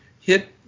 hit